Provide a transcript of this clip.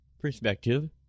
perspective